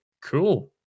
cool